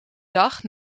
dag